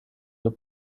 your